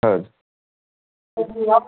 ಹೌದು